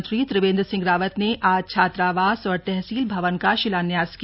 मुख्यमंत्री त्रिवेन्द्र सिंह रावत ने आज छात्रावास और तहसील भवन का शिलान्यास किया